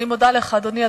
אני מודה לך, אדוני.